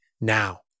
now